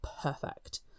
perfect